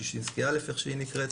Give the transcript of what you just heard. שישינסקי א' איך שהיא נקראת.